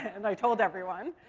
and i told everyone.